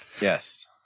Yes